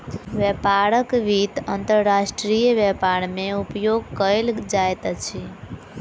व्यापारक वित्त अंतर्राष्ट्रीय व्यापार मे उपयोग कयल जाइत अछि